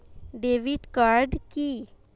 Debit card কি?